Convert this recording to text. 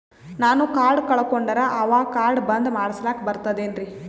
ನಾನು ಕಾರ್ಡ್ ಕಳಕೊಂಡರ ಅವಾಗ ಕಾರ್ಡ್ ಬಂದ್ ಮಾಡಸ್ಲಾಕ ಬರ್ತದೇನ್ರಿ?